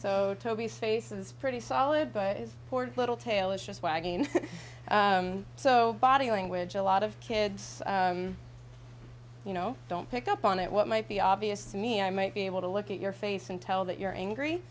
so toby's faces pretty solid but is bored little tail is just wagging so body language a lot of kids you know don't pick up on it what might be obvious to me i might be able to look at your face and tell that you're angry